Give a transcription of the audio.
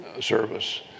service